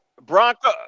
Bronco